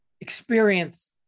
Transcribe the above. experience